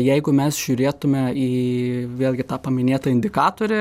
jeigu mes žiūrėtume į vėlgi tą paminėtą indikatorį